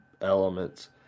elements